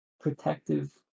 protective